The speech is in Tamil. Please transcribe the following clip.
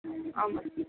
ஆமாம்